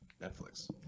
Netflix